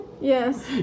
Yes